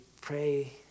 pray